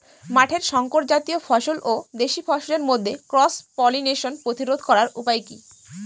মাঠের শংকর জাতীয় ফসল ও দেশি ফসলের মধ্যে ক্রস পলিনেশন প্রতিরোধ করার উপায় কি?